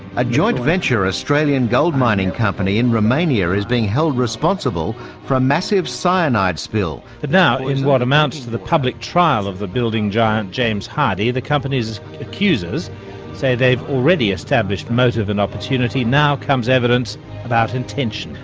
a joint-venture australian gold mining company in romania is being held responsible for um massive cyanide spill. but and now, in what amounts to the public trial of the building giant james hardie the company's accusers say they've already established motive and opportunity now comes evidence about intention.